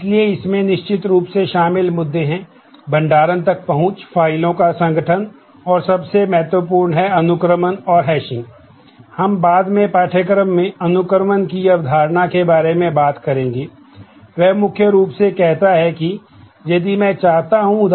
इसलिए इसमें निश्चित रूप से शामिल मुद्दे हैं भंडारण तक पहुंच फाइलों का संगठन और सबसे महत्वपूर्ण है अनुक्रमण और हैशिंग का उपयोग करता हूं